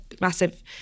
massive